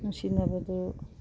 ꯅꯨꯡꯁꯤꯅꯕꯗꯨ